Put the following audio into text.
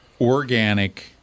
organic